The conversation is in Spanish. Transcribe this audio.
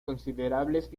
considerables